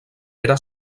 era